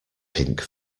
pink